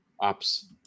ops